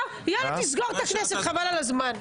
תסגור את הכנסת, חבל על הזמן.